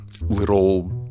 little